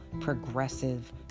progressive